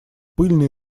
пыльной